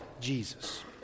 Jesus